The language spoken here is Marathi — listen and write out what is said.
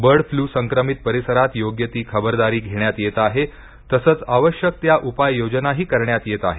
बर्ड फ्ल्यु संक्रमित परिसरात योग्य ती खबरदारी घेण्यात येत आहे तसेच आवश्यक त्या उपाययोजनाही करण्यात येत आहेत